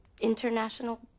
international